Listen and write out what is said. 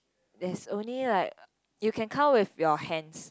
there's only like you can count with your hands